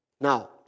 Now